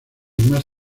más